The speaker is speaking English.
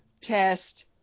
test